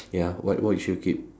ya what what you sure keep